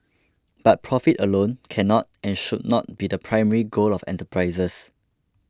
but profit alone cannot and should not be the primary goal of enterprises